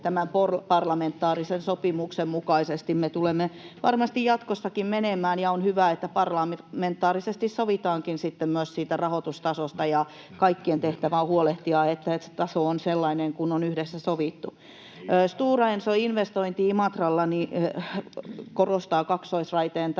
tämän parlamentaarisen sopimuksen mukaisesti me tulemme varmasti jatkossakin menemään, ja on hyvä, että parlamentaarisesti sovitaankin myös siitä rahoitustasosta, ja kaikkien tehtävä on huolehtia, että se taso on sellainen kuin on yhdessä sovittu. Stora Enso ‑investointi Imatralla korostaa kaksoisraiteen tärkeyttä